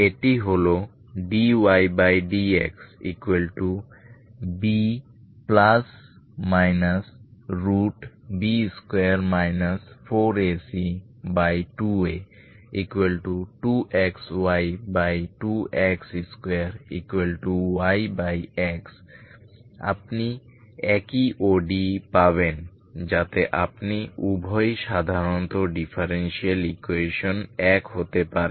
এটি হল dydxB±B2 4AC2A2xy2x2yx আপনি একই ODE পাবেন যাতে আপনি উভয়ই সাধারণত ডিফারেনশিএল ইকুয়েশন এক হতে পারেন